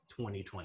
2020